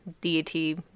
deity